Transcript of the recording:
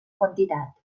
quantitat